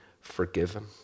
Forgiven